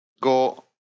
go